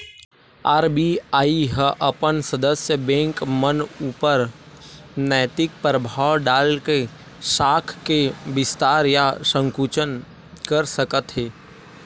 RBI ह अपन सदस्य बेंक मन ऊपर नैतिक परभाव डाल के साख के बिस्तार या संकुचन कर सकथे